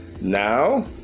Now